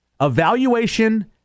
evaluation